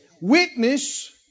Witness